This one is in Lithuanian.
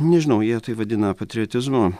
nežinau jie tai vadina patriotizmu